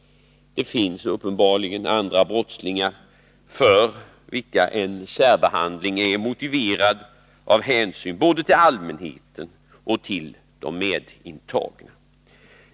Det finns uppenbarligen andra brottslingar för vilka en särbehandling är motiverad av hänsyn både till allmänheten och till de medintagna.